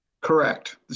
Correct